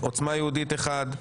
עוצמה יהודית אחד.